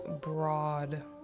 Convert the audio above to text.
broad